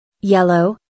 Yellow